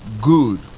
good